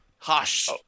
Hush